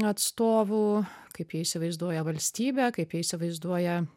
atstovų kaip jie įsivaizduoja valstybę kaip jie įsivaizduoja